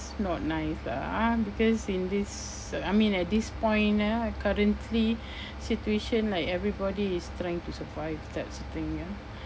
not nice lah ah because in this I mean at this point ah currently situation like everybody is trying to survive that's the thing ya